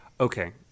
Okay